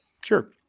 Sure